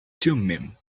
thummim